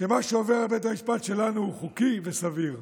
שמה שעובר את בית המשפט שלנו הוא חוקי וסביר.